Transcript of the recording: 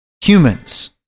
humans